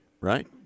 right